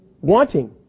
Wanting